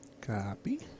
copy